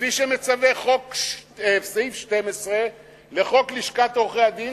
כפי שמצווה סעיף 12 לחוק לשכת עורכי-הדין,